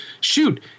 Shoot